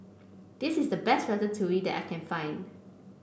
this is the best Ratatouille that I can find